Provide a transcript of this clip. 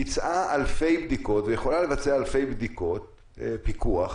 ביצעה אלפי בדיקות ויכולה לבצע אלפי בדיקות פיקוח